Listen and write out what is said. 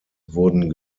wurden